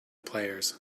players